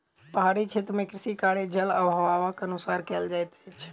पहाड़ी क्षेत्र मे कृषि कार्य, जल अभावक अनुसार कयल जाइत अछि